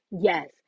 Yes